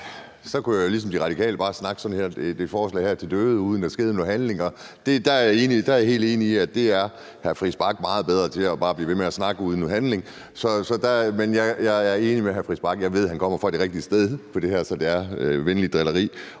så kunne jeg jo ligesom De Radikale bare snakke det her forslag til døde, uden at der skete noget handling. Der er jeg helt enig i, at hr. Christian Friis Bach er meget bedre til bare at blive ved med at snakke uden noget handling. Men jeg er enig med hr. Christian Friis Bach. Jeg ved, han kommer fra det rigtige sted i forhold til det her, så det er venligt drilleri.